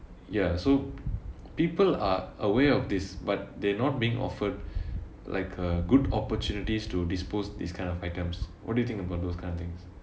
ya so people are aware of this but they're not being offered like uh good opportunities to dispose this kind of items what do you think about those kind of things